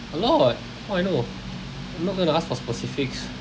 a lot how I know I'm not gonna ask for specifics